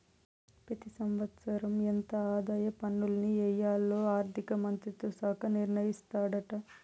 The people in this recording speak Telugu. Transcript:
పెతి సంవత్సరం ఎంత ఆదాయ పన్నుల్ని ఎయ్యాల్లో ఆర్థిక మంత్రిత్వ శాఖ నిర్ణయిస్తాదాట